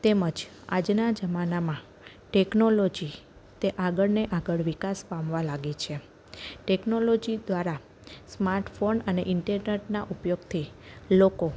તેમજ આજના જમાનામાં ટેકનોલોજી તે આગળ ને આગળ વિકાસ પામવા લાગી છે ટેકનોલોજી દ્વારા સ્માર્ટફોન અને ઇન્ટરનેટના ઉપયોગથી લોકો